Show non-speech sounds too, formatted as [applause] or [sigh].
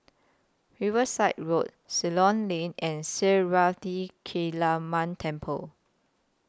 Riverside Road Ceylon Lane and Sri [unintelligible] Kaliamman Temple